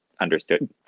understood